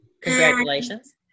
congratulations